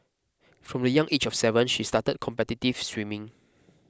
from the young age of seven she started competitive swimming